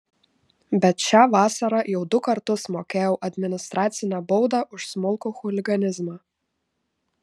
bet šią vasarą jau du kartus mokėjau administracinę baudą už smulkų chuliganizmą